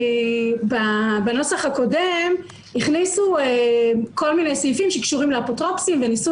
בנוסח הקודם הכניסו כל מיני תקנות שקשורות לאפוטרופוסים וניסו